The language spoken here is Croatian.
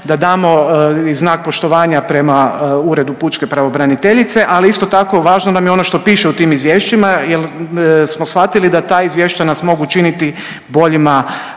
da damo i znak poštovanja prema Uredu pučke pravobraniteljice, ali isto tako važno nam je ono što piše u tim izvješćima jel smo svatili da ta izvješća nas mogu činiti boljima